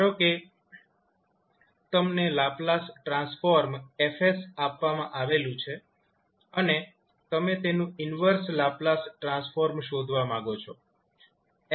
ધારો કે તમને લાપ્લાસ ટ્રાન્સફોર્મ F આપવામાં આવેલુ છે અને તમે તેનું ઈન્વર્સ લાપ્લાસ ટ્રાન્સફોર્મ શોધવા માંગો છો